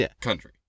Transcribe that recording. country